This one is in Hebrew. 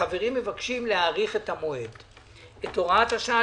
החברים מבקשים להאריך את הוראת השעה.